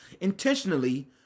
intentionally